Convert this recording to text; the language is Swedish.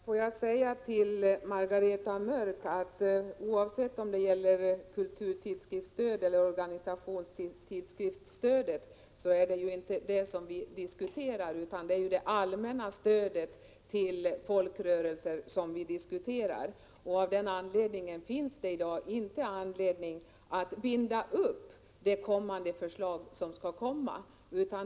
Fru talman! Vi diskuterar inte, Margareta Mörck, vare sig kulturtidskriftsstödet eller organisationstidskriftsstödet, utan det allmänna stödet till folkrörelserna. Det finns i dag inte anledning att binda upp kommande förslag.